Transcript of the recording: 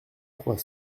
trois